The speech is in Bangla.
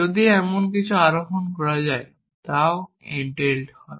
যদি এমন কিছু যা আহরণ করা যায় তাও entailed হয়